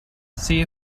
see